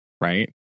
Right